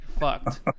Fucked